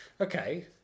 Okay